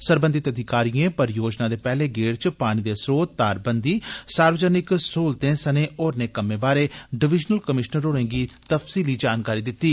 सरबंधत अधिकारियें परियोजना दे पैहले गेड़ च पानी दे स्रोत तारबंदी सार्वजनिक स्हूलतें सनें होरनें कम्में बारै डिवीजनल कमीशनर होरें गी तफसीली जानकारी दिती